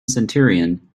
centurion